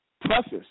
preface